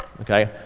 Okay